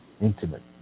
Intimate